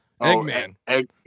Eggman